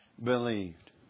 believed